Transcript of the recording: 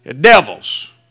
devils